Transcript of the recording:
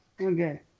Okay